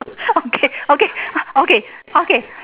okay okay okay okay